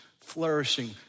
Flourishing